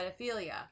pedophilia